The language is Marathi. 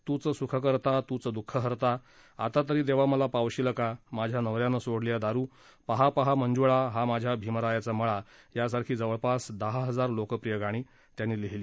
तूच सुखकर्ता तूच दुखहर्ता आता तरी देवा मला पावशील का माझ्या नवऱ्यानं सोडलिया दारु पाहा पाहा मंजुळा हा माझ्या भीमरायाचा मळा यासारखी जवळपास दहा हजार लोकप्रिय गाणी त्यांनी लिहिली